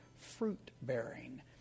Fruit-bearing